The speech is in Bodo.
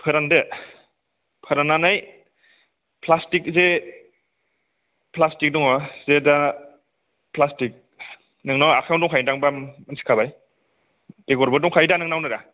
फोरानदो फोरान्नानै प्लासटिक जे प्लासटिक दङ बे दा प्लासटिक नोंनाव आखायावनो दंखायोदां बा मिथिखाबाय बेगरबो दंखायोदा नोंनावनोदा